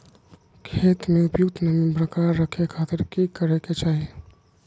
खेत में उपयुक्त नमी बरकरार रखे खातिर की करे के चाही?